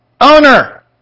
Owner